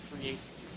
creates